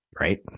right